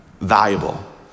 valuable